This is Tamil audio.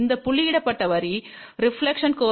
இந்த புள்ளியிடப்பட்ட வரி ரெபிலெக்ஷன் கோஏபிசிஎன்ட் Γ 0